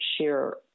share